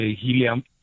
helium